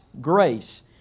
grace